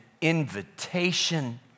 invitation